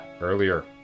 earlier